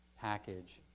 package